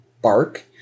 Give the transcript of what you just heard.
bark